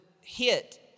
hit